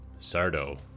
Sardo